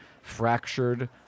fractured